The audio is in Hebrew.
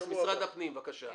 משרד הפנים, בבקשה.